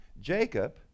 Jacob